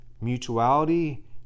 mutuality